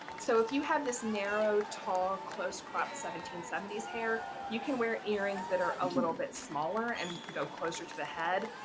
so if you have this narrow, tall close cropped seventeen seventy s hair you can wear earrings that are a little bit smaller and go closer to the head.